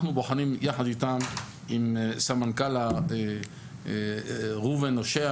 אנחנו בוחנים יחד עם הסמנכ"ל ראובן הושע